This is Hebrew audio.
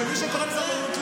שמי שקורא לסרבנות,